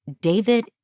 David